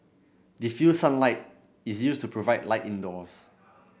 diffused sunlight is used to provide light indoors